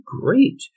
great